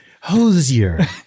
Hosier